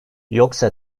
yoksa